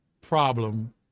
problem